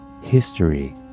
History